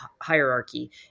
hierarchy